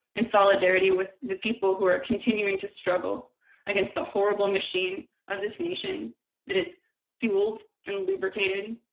in solidarity with the people who are continuing to struggle against the horrible machine of this nation that is fueled and lubricated